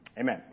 Amen